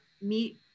meet